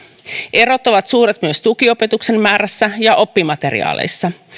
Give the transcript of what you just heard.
erot ovat suuret myös tukiopetuksen määrässä ja oppimateriaaleissa